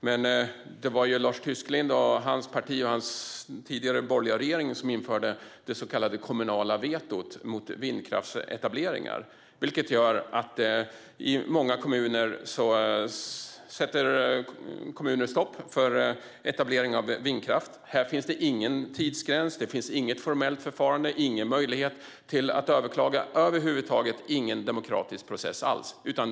Men det var ju Lars Tysklind och hans parti och tidigare borgerliga regering som införde det så kallade kommunala vetot mot vindkraftsetableringar, vilket gör att många kommuner sätter stopp för etablering av vindkraft. Här finns ingen tidsgräns, inget formellt förfarande och ingen möjlighet att överklaga - över huvud taget ingen demokratisk process alls.